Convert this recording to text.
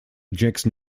jackson